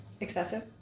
Excessive